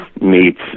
meets